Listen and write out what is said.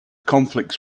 conflicts